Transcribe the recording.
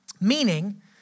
Meaning